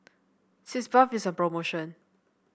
Sitz Bath is on promotion